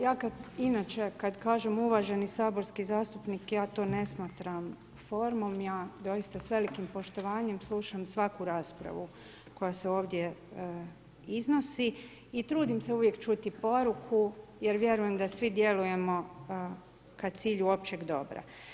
Ja kad inače kad kažem uvaženi saborski zastupnik, ja to ne smatram formom, ja doista s velikim poštovanjem slušam svaku raspravu koje se ovdje iznosi i trudim se uvijek čuti poruku jer vjerujem da svi djelujemo ka cilju općeg dobra.